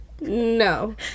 no